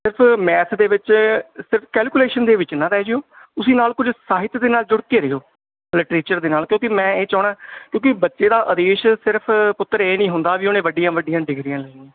ਇਸ ਮੈਥ ਦੇ ਵਿੱਚ ਅ ਸਿਰਫ਼ ਕੈਲਕੂਲੇਸ਼ਨ ਦੇ ਵਿੱਚ ਨਾ ਰਹਿ ਜਾਇਓ ਤੁਸੀਂ ਨਾਲ ਕੁਝ ਸਾਹਿਤ ਦੇ ਨਾਲ ਜੁੜ ਕੇ ਰਹਿਓ ਲਿਟਰੇਚਰ ਦੇ ਨਾਲ ਕਿਉਂਕਿ ਮੈਂ ਇਹ ਚਾਹੁੰਦਾ ਕਿਉਂਕਿ ਬੱਚੇ ਦਾ ਉਦੇਸ਼ ਸਿਰਫ਼ ਪੁੱਤਰ ਇਹ ਨਹੀਂ ਹੁੰਦਾ ਵੀ ਉਹਨੇ ਵੱਡੀਆਂ ਵੱਡੀਆਂ ਡਿਗਰੀਆਂ ਲੈਣੀਆਂ